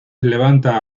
levanta